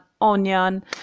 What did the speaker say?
onion